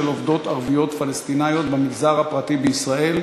עובדות ערביות פלסטיניות במגזר הפרטי בישראל,